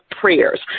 prayers